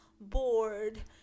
bored